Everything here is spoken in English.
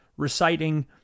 reciting